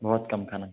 बहुत कम खाना